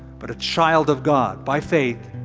but a child of god by faith,